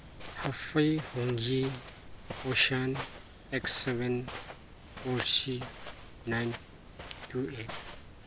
ꯍꯞꯐꯤ ꯍꯣꯡꯖꯤ ꯎꯁꯥꯟ ꯑꯦꯛꯁ ꯁꯚꯦꯟ ꯄꯣꯔꯁꯤ ꯅꯥꯏꯟ ꯇꯨ ꯑꯦꯠ